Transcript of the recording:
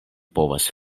povas